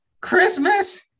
Christmas